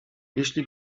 jeśli